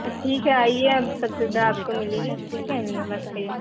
तो ठीक है आइए अब सब सुविधा आपको मिलेगी ठीक है नमस्ते